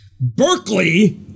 Berkeley